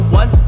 one